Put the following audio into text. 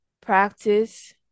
practice